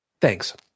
Thanks